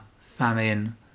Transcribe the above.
famine